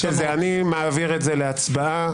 אני מעביר את זה להצבעה.